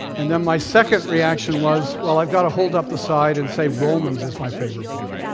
and then my second reaction was, well, i've got to hold up the side and say romans is my favorite book.